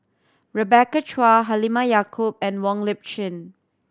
Rebecca Chua Halimah Yacob and Wong Lip Chin